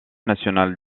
nationale